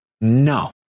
no